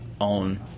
own